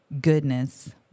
goodness